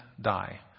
die